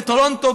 בטורונטו,